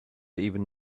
even